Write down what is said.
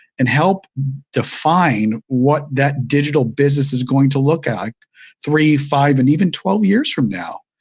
and help define what that digital business is going to look like three, five, and even twelve years from now.